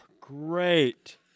great